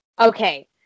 Okay